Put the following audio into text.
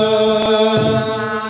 ah